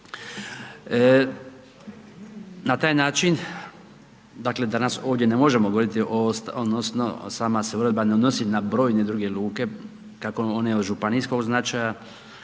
Na taj način, dakle, danas ovdje ne možemo govoriti, odnosno sama se uredba ne odnosi na brojne druge luke, kako one od županijskog značaja,